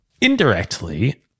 Indirectly